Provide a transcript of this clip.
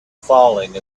falling